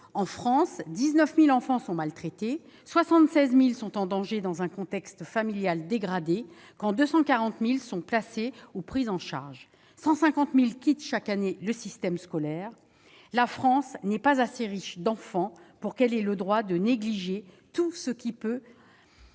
En France, 19 000 enfants sont maltraités, 76 000 sont en danger dans un contexte familial dégradé, 240 000 sont placés ou pris en charge et 150 000 quittent chaque année le système scolaire. La France n'est pas assez riche d'enfants pour qu'elle ait le droit de négliger tout ce qui peut